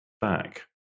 back